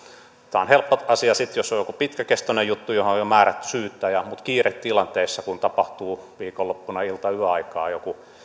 tämä on helppo asia sitten jos on joku pitkäkestoinen juttu johon on jo määrätty syyttäjä mutta kiiretilanteissa kun tapahtuu viikonloppuna tai ilta ja yöaikana joku